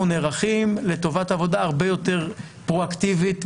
נערכים לטובת עבודה הרבה יותר פרואקטיבית,